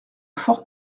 fort